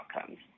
outcomes